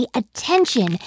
attention